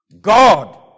God